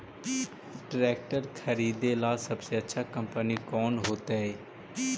Tractor खरीदेला सबसे अच्छा कंपनी कौन होतई?